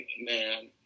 man